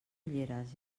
ulleres